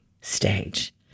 stage